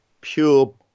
pure